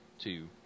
two